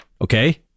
okay